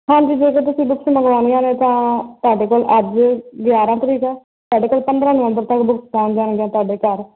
ਹਾਂਜੀ ਜੇਕਰ ਤੁਸੀਂ ਬੁੱਕਸ ਮੰਗਵਾਉਣੀਆਂ ਨੇ ਤਾਂ ਤੁਹਾਡੇ ਕੋਲ ਅੱਜ ਗਿਆਰ੍ਹਾਂ ਤਰੀਕ ਹੈ ਤੁਹਾਡੇ ਕੋਲ ਪੰਦਰ੍ਹਾਂ ਨਵੰਬਰ ਤੱਕ ਬੁਕਸ ਪਹੁੰਚ ਜਾਣਗੀਆਂ ਤੁਹਾਡੇ ਘਰ